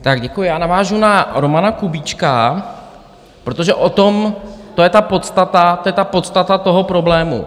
Tak děkuji, já navážu na Romana Kubíčka, protože o tom, to je ta podstata, to je ta podstata toho problému.